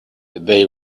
they